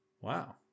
Wow